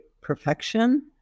perfection